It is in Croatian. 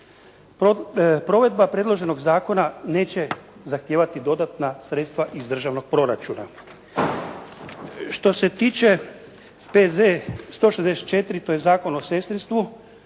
Provedba predloženog zakona neće zahtijevati dodatna sredstva iz državnog proračuna. Što se tiče P.Z. 164. to je Zakon o sestrinstvu,